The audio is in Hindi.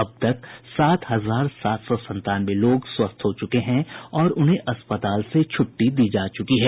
अब तक सात हजार सात सौ संतानवे लोग स्वस्थ हो चुके हैं और उन्हें अस्पताल से छूट्टी दी जा चुकी है